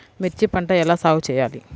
మిర్చి పంట ఎలా సాగు చేయాలి?